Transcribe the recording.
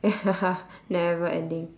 ya never ending